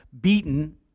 beaten